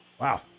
Wow